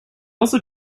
also